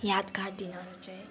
यादगार दिनहरू चाहिँ